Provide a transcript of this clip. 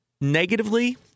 negatively